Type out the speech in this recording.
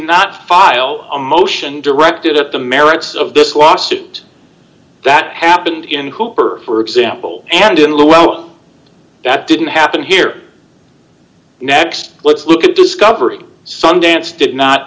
not file a motion directed at the merits of this lawsuit that happened in cooper for example and in lieu well that didn't happen here next let's look at discovery sundance did not